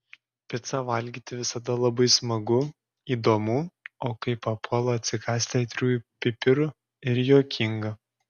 picą valgyti visada labai smagu įdomu o kai papuola atsikąsti aitriųjų pipirų ir juokinga